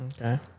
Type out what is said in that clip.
Okay